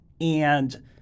and-